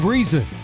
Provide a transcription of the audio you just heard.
Reason